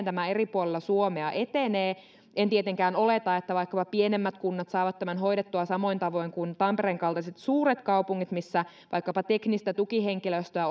tämä eri puolilla suomea etenee en tietenkään oleta että vaikkapa pienemmät kunnat saavat tämän hoidettua samoin tavoin kuin tampereen kaltaiset suuret kaupungit missä vaikkapa teknistä tukihenkilöstöä